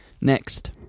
Next